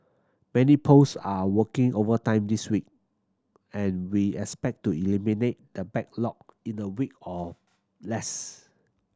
many posts are working overtime this week and we expect to eliminate the backlog in a week or less